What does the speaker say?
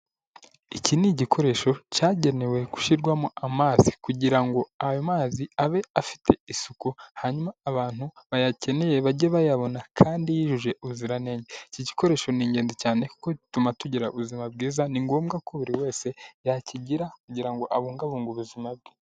Iki ni igikoresho cyagenewe gushirwamo amazi kugira ngo ayo mazi abe afite isuku, hanyuma abantu bayakeneye bajye bayabona kandi yujuje ubuziranenge. Iki gikoresho ni ingenzi cyane kuko gituma tugira ubuzima bwiza, ni ngombwa ko buri wese yakigira kugira ngo abungabunge ubuzima bwe.